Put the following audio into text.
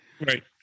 right